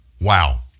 Wow